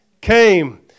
came